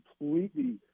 completely